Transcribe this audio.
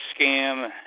scam